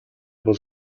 бол